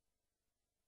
כל